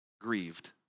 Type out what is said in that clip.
grieved